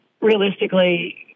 realistically